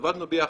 עבדנו ביחד,